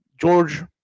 George